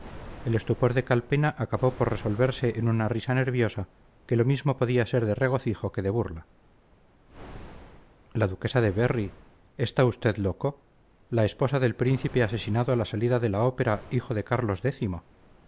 el estupor de calpena acabó por resolverse en una risa nerviosa que lo mismo podía ser de regocijo que de burla la duquesa de berry está usted loco la esposa del príncipe asesinado a la salida de la ópera hijo de carlos